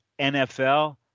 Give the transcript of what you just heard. NFL